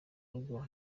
rugo